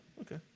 Okay